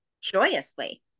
joyously